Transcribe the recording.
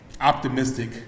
optimistic